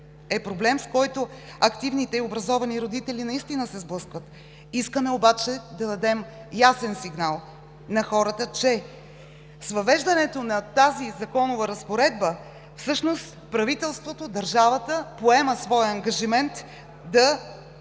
е проблем, с който активните и образовани родители наистина се сблъскват. Искаме обаче да дадем ясен сигнал на хората, че с въвеждането на тази законова разпоредба всъщност правителството, държавата поема своя ангажимент да